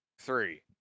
three